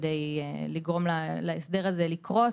כדי לגרום להסדר הזה לקרות.